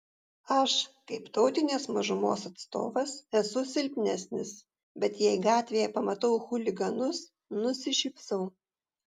aš kaip tautinės mažumos atstovas esu silpnesnis bet jei gatvėje pamatau chuliganus nusišypsau